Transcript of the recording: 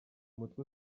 mutwe